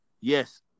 Yes